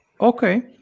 Okay